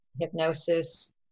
hypnosis